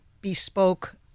bespoke